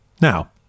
now